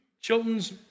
Chilton's